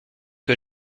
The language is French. que